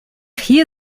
hier